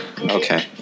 Okay